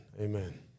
Amen